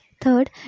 Third